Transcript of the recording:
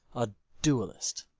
a duellist,